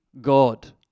God